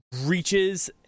reaches